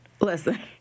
Listen